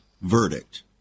verdict